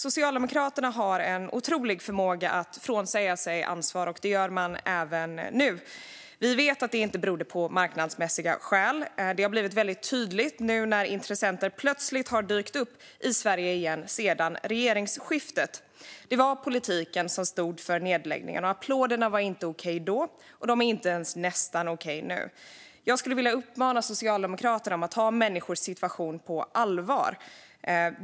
Socialdemokraterna har en otrolig förmåga att frånsäga sig ansvar, och det gör man även nu. Vi vet att det inte berodde på marknadsmässiga skäl, något som har blivit väldigt tydligt eftersom intressenter plötsligt har dykt upp i Sverige igen efter regeringsskiftet. Det var politiken som stod för nedläggningen. Applåderna var inte okej då, och de är inte ens nästan okej nu. Jag skulle vilja uppmana Socialdemokraterna att ta människors situation på allvar.